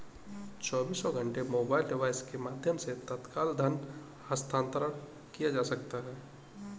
चौबीसों घंटे mobile device के माध्यम से तत्काल धन हस्तांतरण किया जा सकता है